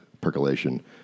percolation